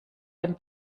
dem